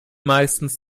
meistens